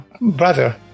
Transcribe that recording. brother